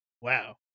wow